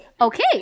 Okay